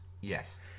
Yes